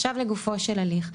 עכשיו לגופו של הליך,